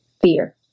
fear